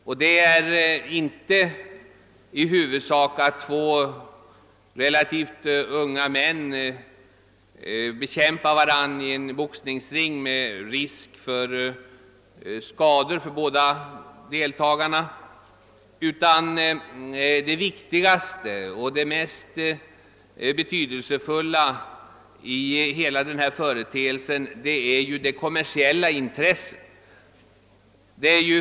Det viktigaste motivet för oss är inte att två relativt unga män med risk för skador bekämpar varandra i en boxningsring; det mest betydelsefulla i hela denna företeelse är det kommersiella intresset.